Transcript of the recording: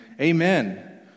Amen